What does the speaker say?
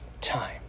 time